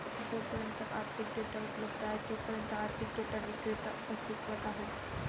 जोपर्यंत आर्थिक डेटा उपलब्ध आहे तोपर्यंत आर्थिक डेटा विक्रेते अस्तित्वात आहेत